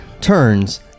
turns